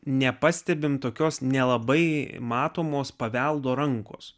nepastebime tokios nelabai matomos paveldo rankos